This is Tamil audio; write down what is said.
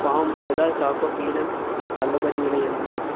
ஃபார்ம்வேதா சாக்கோ பீநட்ஸ் தள்ளுபடி விலை என்ன